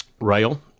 rail